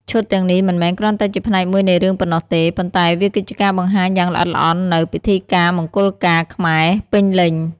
ឈុតទាំងនេះមិនមែនគ្រាន់តែជាផ្នែកមួយនៃរឿងប៉ុណ្ណោះទេ ប៉ុន្តែវាគឺជាការបង្ហាញយ៉ាងល្អិតល្អន់នូវ ពិធីការមង្គលការខ្មែរ ពេញលេញ។